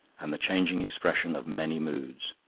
and the changing expressions of many moods.